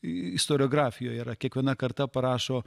istoriografijoje yra kiekviena karta parašo